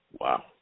Wow